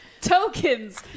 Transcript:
Tokens